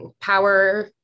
power